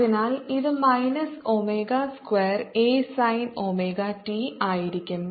അതിനാൽ ഇത് minus omega square a sine omega t ആയിരിക്കും